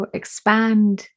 expand